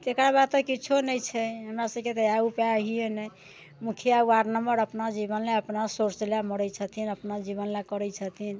तकरा बाद तऽ किछो नहि छै हमरा सबके तऽ आओर उपाय हइए नहि मुखिआ वार्ड नंबर अपना जीवन लऽ अपना सोर्स लए मरै छथिन अपना जीवन लए करै छथिन